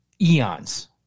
eons